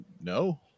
No